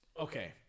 Okay